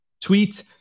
tweet